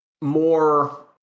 more